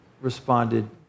responded